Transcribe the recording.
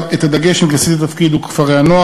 את הדגש עם כניסתי לתפקיד הוא כפרי-הנוער.